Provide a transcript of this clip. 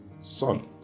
son